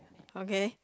okay